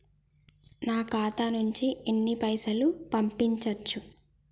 నా ఖాతా నుంచి ఎన్ని పైసలు పంపించచ్చు?